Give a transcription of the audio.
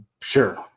sure